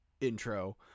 intro